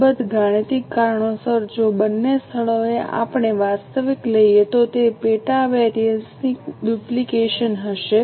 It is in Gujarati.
એક અલબત્ત ગાણિતિક કારણોસર જો બંને સ્થળોએ આપણે વાસ્તવિક લઈએ તો તે પેટા વેરિએન્સ ની ડુપ્લિકેશન હશે